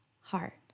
heart